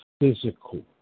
physical